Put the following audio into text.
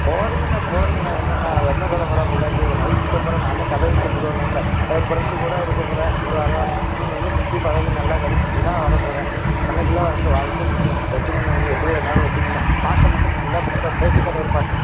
போடுங்கண்ணே போடுங்கண்ணே ஒன்னொன்றா அது என்ன சொல்லப் போகிறா பெண்டாட்டி ஒரு நாளைக்குத் திட்டப் போகிறா நான் தான் கடலுக்கு போயிடுவேனில்லை என் ப்ரெண்டு கூட இருக்கப் போகிறேன் ஒரு வாரம் மீனு கீனு பிடிச்சு பழகி நல்லா கிடச்சிச்சின்னா வரப் போகிறேன் அன்றைக்கெல்லாம் வந்து வளர்ந்துப்புடுண்ணே வெட்டுங்கண்ணே நீங்கள் எப்படி வேணாலும் வெட்டுங்கண்ணே பாட்டை மட்டும் நல்ல பாட்டாக புரட்சித் தலைவர் பாட்டு